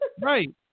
Right